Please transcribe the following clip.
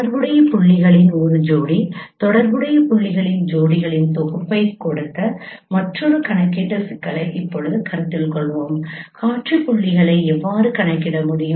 தொடர்புடைய புள்ளிகளின் ஒரு ஜோடி தொடர்புடைய புள்ளிகளின் ஜோடிகளின் தொகுப்பைக் கொடுத்த மற்றொரு கணக்கீட்டு சிக்கலை இப்போது கருத்தில் கொள்வோம் காட்சி புள்ளிகளை எவ்வாறு கணக்கிட முடியும்